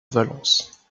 valence